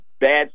bad